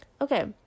Okay